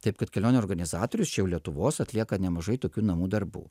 taip kad kelionių organizatorius čia jau lietuvos atlieka nemažai tokių namų darbų